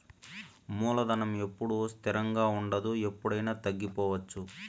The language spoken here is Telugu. మూలధనం ఎప్పుడూ స్థిరంగా ఉండదు ఎప్పుడయినా తగ్గిపోవచ్చు